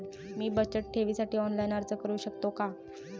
मी बचत ठेवीसाठी ऑनलाइन अर्ज करू शकतो का?